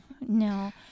no